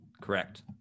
Correct